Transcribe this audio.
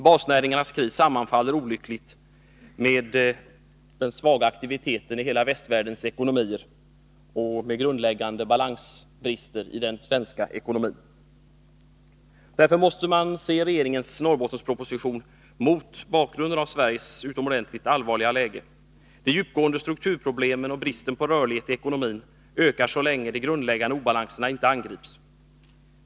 Basnäringarnas kris sammanfaller olyckligt med den svaga aktiviteten i hela västvärldens ekonomier och med grundläggande obalanser i den svenska ekonomin. Därför måste man se regeringens Norrbottensproposition mot bakgrund av Sveriges utomordentligt allvarliga läge. De djupgående strukturproblemen och bristen på rörlighet i ekonomin ökar så länge de grundläggande obalanserna inte angrips.